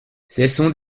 cessons